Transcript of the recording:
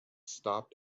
stopped